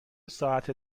ساعت